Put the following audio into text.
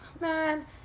man